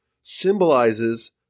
symbolizes